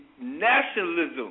nationalism